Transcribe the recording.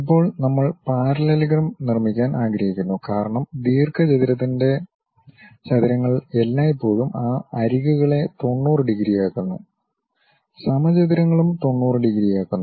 ഇപ്പോൾ നമ്മൾ പാരല്ലലഗ്രം നിർമ്മിക്കാൻ ആഗ്രഹിക്കുന്നു കാരണം ദീർഘചതുരങ്ങൾ എല്ലായ്പ്പോഴും ആ അരികുകളെ 90 ഡിഗ്രിയാക്കുന്നു സമചതുരങ്ങളും 90 ഡിഗ്രിയാക്കുന്നു